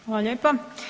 Hvala lijepa.